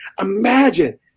Imagine